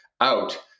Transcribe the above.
out